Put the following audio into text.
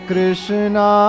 Krishna